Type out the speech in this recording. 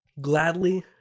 gladly